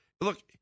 look